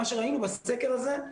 מה שראינו בסקר הזה,